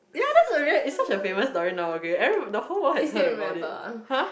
ya that's a real is such a famous story now okay every the whole world has heard about it !huh!